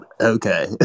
Okay